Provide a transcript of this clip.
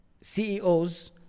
CEOs